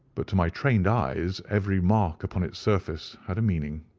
but to my trained eyes every mark upon its surface had a meaning.